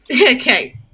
okay